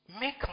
make